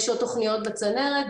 יש עוד תוכניות בצנרת,